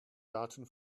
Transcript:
daten